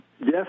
yes